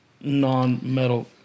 non-metal